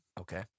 Okay